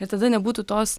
ir tada nebūtų tos